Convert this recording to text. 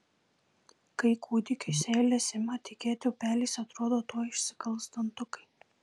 kai kūdikiui seilės ima tekėti upeliais atrodo tuoj išsikals dantukai